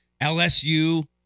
LSU